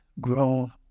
grown